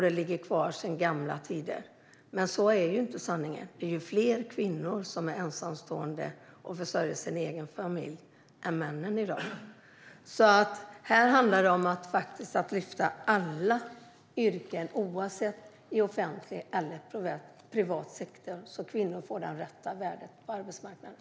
Det ligger kvar sedan gamla tider, men så ser sanningen inte ut. Det finns i dag fler kvinnor som är ensamstående och försörjer sin egen familj än det finns män som gör det. Här handlar det alltså om att faktiskt lyfta alla yrken, oavsett om de finns i den offentliga eller den privata sektorn, så att kvinnor får det rätta värdet på arbetsmarknaden.